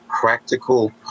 practical